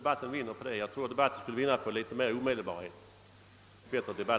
Jag tror att debaiten skulle vinna på större omedelbarhet.